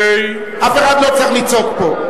אף אחד לא צריך לצעוק פה.